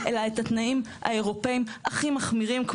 אלא את התנאים האירופיים הכי מחמירים,